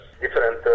different